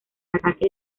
ataque